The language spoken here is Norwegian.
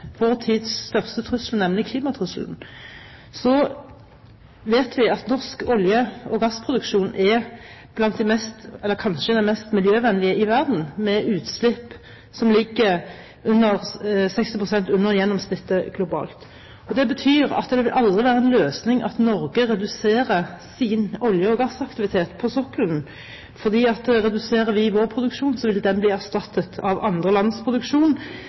tids største trussel, nemlig klimatrusselen, vet vi at norsk olje- og gassproduksjon kanskje er den mest miljøvennlige i verden, med utslipp som ligger 60 pst. under gjennomsnittet globalt. Det betyr at det vil aldri være en løsning at Norge reduserer sin olje- og gassaktivitet på sokkelen, for reduserer vi vår produksjon, ville den bli erstattet av andre lands produksjon,